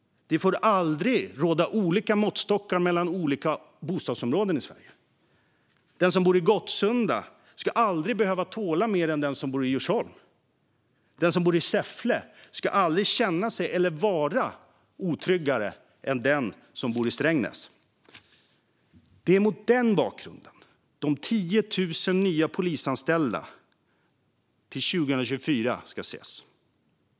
Det får aldrig råda olika måttstockar i olika bostadsområden i Sverige. Den som bor i Gottsunda ska aldrig behöva tåla mer än den som bor i Djursholm. Den som bor i Säffle ska aldrig känna sig eller vara otryggare än den som bor i Strängnäs. Det är mot den bakgrunden de 10 000 nya polisanställda till 2024 ska ses.